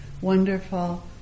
wonderful